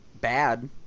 bad